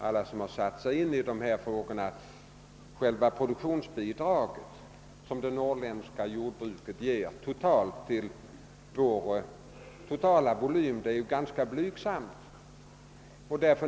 Alla som har satt sig in i dessa frågor vet att det bidrag som det norrländska jordbruket ger till vår totala produktion är ganska blygsamt.